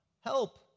help